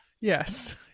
Yes